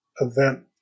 event